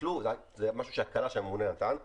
וזו הייתה ה- -- שהממונה נתן 'תסתכלו,